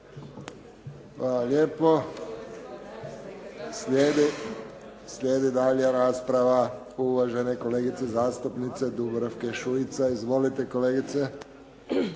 Hvala lijepo. Slijedi daljnja rasprava uvažene kolegice zastupnice Dubravke Šuica. Izvolite kolegice.